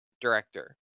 director